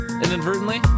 inadvertently